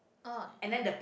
oh